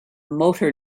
motor